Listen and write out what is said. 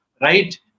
right